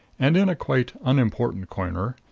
and in a quite unimportant corner,